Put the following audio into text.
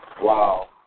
Wow